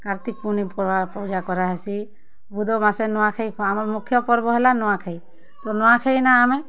କାର୍ତ୍ତିକ୍ ପୁନି ପୂଜା କରାହେସି ବୁଧ ମାସେ ନୂଆଖାଇ ଆମର୍ ମୁଖ୍ୟ ପର୍ବ ହେଲା ନୂଆଖାଇ ତ ନୂଆଖାଇ ନ ଆମେ